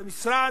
ומשרד,